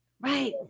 Right